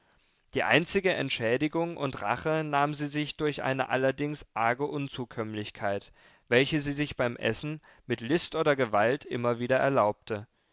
die einzige entschädigung und rache nahm sie sich durch eine allerdings arge unzukömmlichkeit welche sie sich beim essen mit list oder gewalt immer wieder erlaubte